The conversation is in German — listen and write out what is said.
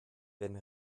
werden